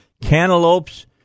Cantaloupes